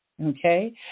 Okay